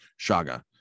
shaga